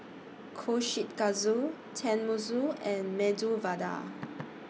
Kushikatsu Tenmusu and Medu Vada